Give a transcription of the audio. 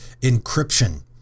encryption